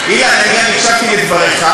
אידיאולוגית, אילן, אני הקשבתי לדבריך.